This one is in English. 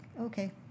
okay